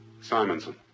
Simonson